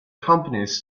companies